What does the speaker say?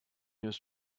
his